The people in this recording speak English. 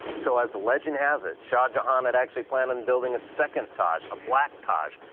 so as the legend has it, shah jahan had actually planned on building a second taj, a black taj,